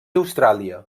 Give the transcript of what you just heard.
austràlia